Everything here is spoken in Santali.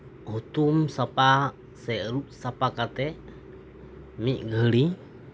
ᱦᱩᱛᱩᱢ ᱥᱟᱯᱟ ᱥᱮ ᱟᱹᱨᱩᱵ ᱥᱟᱯᱟ ᱠᱟᱛᱮ ᱢᱤᱫ ᱜᱷᱟᱹᱲᱤ